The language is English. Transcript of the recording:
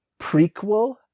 prequel